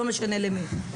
לא משנה למי.